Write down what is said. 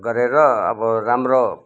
गरेर अब राम्रो